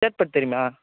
சேத்பட் தெரியுமா